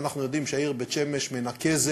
ואנחנו יודעים שהעיר בית-שמש מנקזת